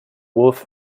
wolf